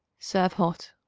serve hot.